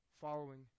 following